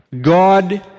God